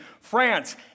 France